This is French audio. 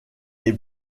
les